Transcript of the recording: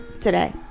today